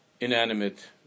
inanimate